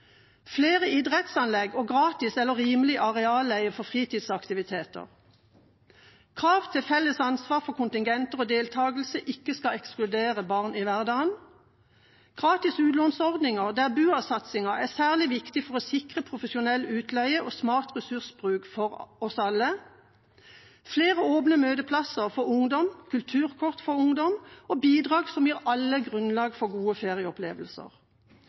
flere idrettsanlegg og gratis eller rimelig arealleie for fritidsaktiviteter krav til felles ansvar for at kontingenter og deltakelse ikke skal ekskludere barn i hverdagen gratis utlånsordninger der BUA-satsingen er særlig viktig for å sikre profesjonell utleie og smart ressursbruk for oss alle flere åpne møteplasser for ungdom, kulturkort for ungdom og bidrag som gir alle grunnlag for gode ferieopplevelser